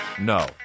No